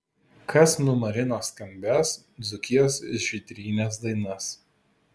kas numarino skambias dzūkijos žydrynės dainas